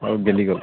অলপ গেলি গ'ল